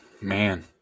Man